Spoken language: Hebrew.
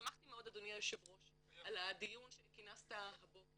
שמחתי מאוד אדוני היושב ראש על הדיון שכינסת הבוקר.